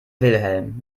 wilhelm